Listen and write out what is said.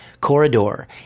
corridor